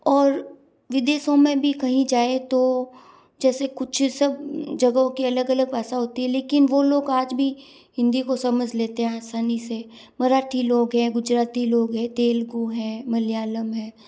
और विदेशों में भी कहीं जाए तो जैसे कुछ सब जगह के अलग अलग भाषा होती है लेकिन वह लोग आज भी हिंदी को समझ लेते हैं आसानी से मराठी लोग है गुजराती लोग है तेलुगु है मलयालम है